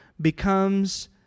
becomes